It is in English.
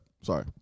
Sorry